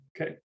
Okay